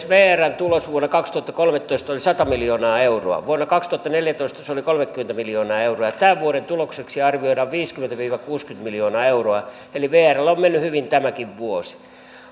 vrn tulos vuonna kaksituhattakolmetoista oli sata miljoonaa euroa vuonna kaksituhattaneljätoista se oli kolmekymmentä miljoonaa euroa tämän vuoden tulokseksi arvioidaan viisikymmentä viiva kuusikymmentä miljoonaa euroa eli vrllä on mennyt hyvin tämäkin vuosi